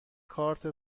کارت